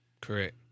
Correct